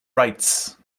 rights